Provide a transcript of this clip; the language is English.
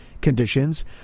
conditions